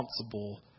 responsible